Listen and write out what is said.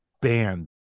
band